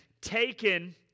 taken